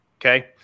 Okay